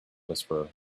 whisperer